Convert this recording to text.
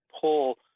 Pull